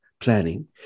Planning